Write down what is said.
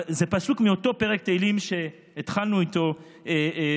זה פסוק מאותו פרק תהילים שהתחלנו איתו קודם